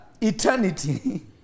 eternity